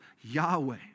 Yahweh